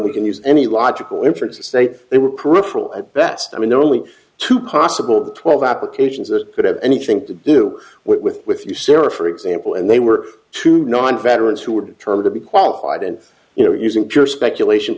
we can use any logical inference to say they were peripheral at best i mean there are only two possible the twelve applications that could have anything to do with with you sarah for example and they were to non veterans who were determined to be qualified and you know using pure speculation